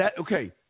Okay